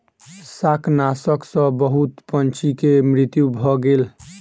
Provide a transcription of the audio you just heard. शाकनाशक सॅ बहुत पंछी के मृत्यु भ गेल